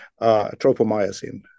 tropomyosin